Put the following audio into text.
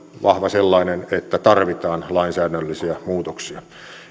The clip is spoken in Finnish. vahva sellainen että tarvitaan lainsäädännöllisiä muutoksia